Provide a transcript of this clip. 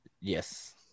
Yes